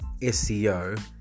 SEO